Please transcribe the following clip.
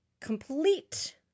Complete